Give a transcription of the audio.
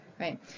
right